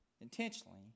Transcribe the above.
intentionally